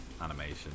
animation